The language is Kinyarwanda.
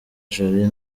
jolie